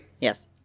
Yes